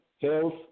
health